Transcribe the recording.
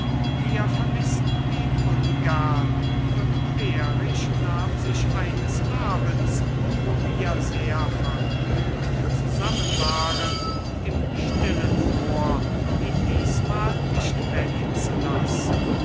wir vermißten ihn ungern und behrisch nahm sich eines abends wo wir sehr vergnügt zusammen waren im stillen vor ihn diesmal nicht wegzulassen